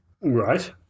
Right